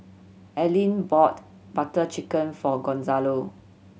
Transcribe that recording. Aleen bought Butter Chicken for Gonzalo